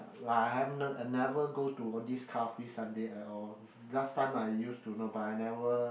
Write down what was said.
like I've n~ I never go to all these car free Sunday at all last time I used to go but I never